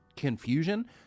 confusion